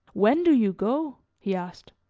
when do you go? he asked.